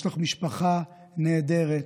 יש לך משפחה נהדרת: